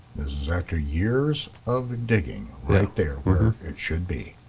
this is after years of digging right there where it should be.